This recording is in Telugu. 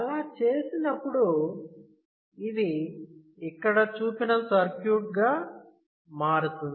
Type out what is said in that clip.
అలా చేసినప్పుడు ఇది ఇక్కడ చూపిన సర్క్యూట్ గా మారుతుంది